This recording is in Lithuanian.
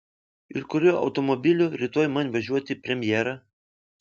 ir kuriuo automobiliu rytoj man važiuoti į premjerą